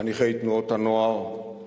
חניכי תנועות הנוער,